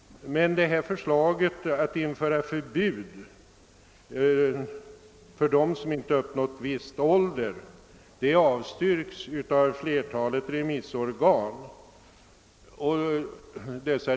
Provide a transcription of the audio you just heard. Förslaget att införa förbud för dem som inte uppnått viss ålder att föra sådana här båtar avstyrks emellertid av flertalet remissinstanser.